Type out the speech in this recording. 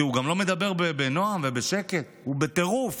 הוא גם לא מדבר בנועם ובשקט, הוא בטירוף